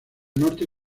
norte